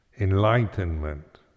Enlightenment